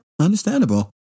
Understandable